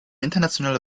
internationale